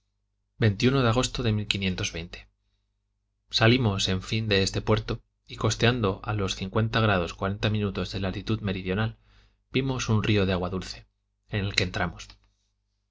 de agosto de salimos en fin de este puerto y costeando a los cincuenta grados cuarenta minutos de latitud meridional vimos un río de agua dulce en el que entramos